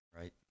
Right